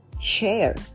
share